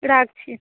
রাখছি